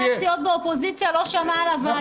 הסיעות באופוזיציה לא שמע על הוועדה הזאת,